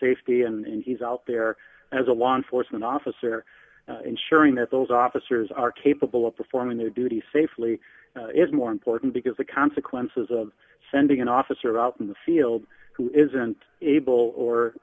safety and he's out there as a law enforcement officer ensuring that those officers are capable of performing their duty safely is more important because the consequences of sending an officer out in the field who isn't able